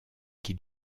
qui